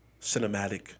cinematic